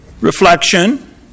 reflection